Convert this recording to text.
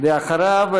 אחריו,